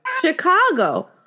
Chicago